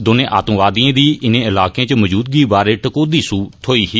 दौने आतंकवादिएं दी इनें इलाकें च मजूदगी बारे टकोह्दी सूह थ्होई ही